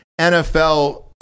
NFL